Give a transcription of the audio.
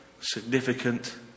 significant